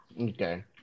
Okay